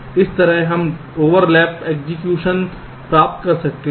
तो इस तरह हम ओवरलैप एग्जीक्यूशन प्राप्त कर सकते हैं